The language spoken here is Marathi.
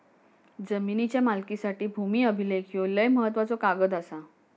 जमिनीच्या मालकीसाठी भूमी अभिलेख ह्यो लय महत्त्वाचो कागद आसा